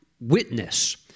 witness